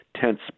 Tense